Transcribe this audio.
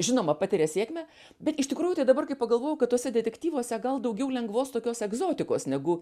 žinoma patiria sėkmę bet iš tikrųjų tai dabar kai pagalvojau kad tuose detektyvuose gal daugiau lengvos tokios egzotikos negu